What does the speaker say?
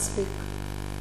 מספיק.